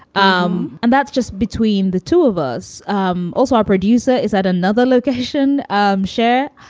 um and that's just between the two of us. um also, our producer is at another location um share.